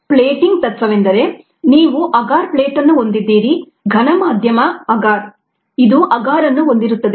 plating ತತ್ವವೆಂದರೆ ನೀವು agar plate ಅನ್ನು ಹೊಂದಿದ್ದೀರಿ ಘನ ಮಾಧ್ಯಮ ಅಗಾರ್ ಇದು ಅಗಾರ್ ಅನ್ನು ಹೊಂದಿರುತ್ತದೆ